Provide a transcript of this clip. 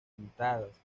pintadas